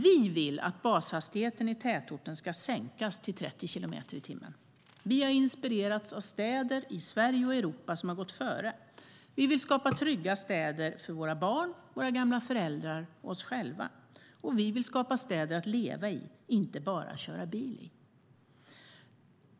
Vi vill att bashastigheten i tätorterna ska sänkas till 30 kilometer i timmen. Vi har inspirerats av städer i Sverige och i Europa som har gått före. Vi vill skapa trygga städer för våra barn, våra gamla föräldrar och oss själva. Vi vill skapa städer att leva i, inte bara köra bil i.